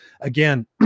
again